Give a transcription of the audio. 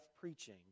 preaching